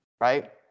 right